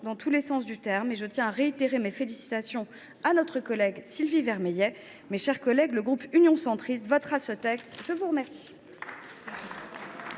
dans tous les sens du terme, et je tiens à réitérer mes félicitations à notre collègue Sylvie Vermeillet. Le groupe Union Centriste votera ce texte. La parole